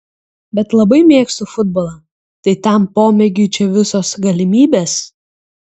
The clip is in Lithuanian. bet labai mėgstu futbolą tai tam pomėgiui čia visos galimybės